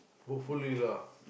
hopefully lah